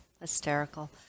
hysterical